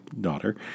daughter